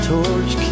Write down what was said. Torch